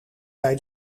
bij